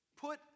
put